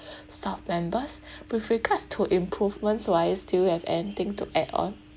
staff members with regards to improvements wise do you have anything to add on